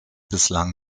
bislang